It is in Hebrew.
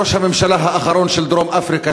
ראש הממשלה האחרון של דרום-אפריקה,